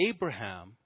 Abraham